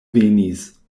venis